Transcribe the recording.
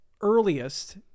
earliest